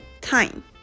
time